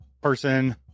person